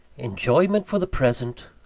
enjoyment for the present,